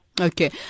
Okay